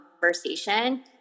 conversation